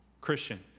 Christian